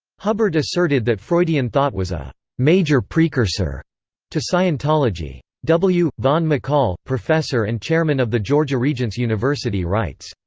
hubbard asserted that freudian thought was a major precursor to scientology. w. vaughn mccall, professor and chairman of the georgia regents university writes,